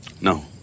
No